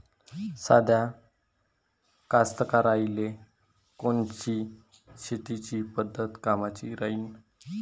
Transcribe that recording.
साध्या कास्तकाराइले कोनची शेतीची पद्धत कामाची राहीन?